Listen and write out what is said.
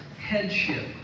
headship